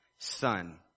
Son